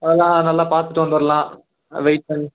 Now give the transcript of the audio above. அதெல்லாம் நல்லா பார்த்துட்டு வந்துரலாம் வெயிட் பண்ணி